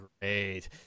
Great